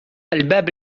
الباب